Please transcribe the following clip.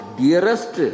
dearest